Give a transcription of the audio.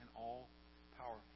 all-powerful